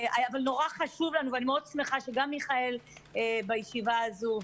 אני מאוד שמחה שגם מיכאל בישיבה הזו,